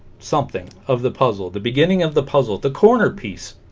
something of the puzzle the beginning of the puzzle the corner piece